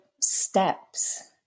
steps